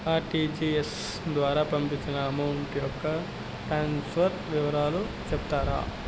RTGS ద్వారా పంపిన amount యొక్క ట్రాన్స్ఫర్ వివరాలు సెప్తారా